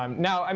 um now, um